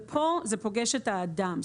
ופה זה פוגש את האדם.